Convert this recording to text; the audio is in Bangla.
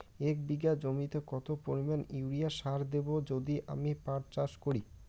এক বিঘা জমিতে কত পরিমান ইউরিয়া সার দেব যদি আমি পাট চাষ করি?